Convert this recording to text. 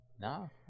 No